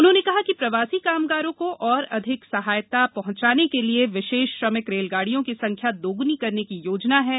उन्होंने कहा कि प्रवासी कामगारों को और अधिक सहायता पहंचाने के लिए विशेष श्रमिक रेलगाडियों की संख्या दोगुनी करने की योजना हा